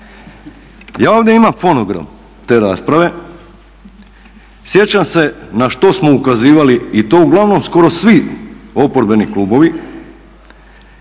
Ja ovdje imam fonogram te rasprave, sjećam se na što smo ukazivali i to uglavnom skoro svi oporbeni klubovi